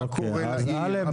מה קורה לעיר,